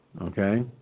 okay